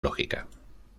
lógica